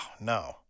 no